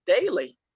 Daily